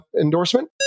endorsement